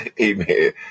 Amen